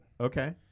Okay